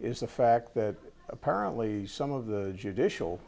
is the fact that apparently some of the judicial